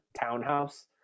townhouse